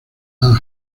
ann